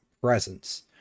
presence